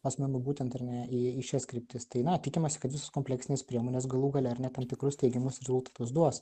asmenų būtent ar ne į šias kryptis tai na tikimasi kad visos kompleksinės priemonės galų gale ar ne tam tikrus teigiamus rezultatus duos